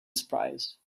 surprise